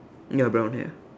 ya brown hair